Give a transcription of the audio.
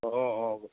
অঁ অঁ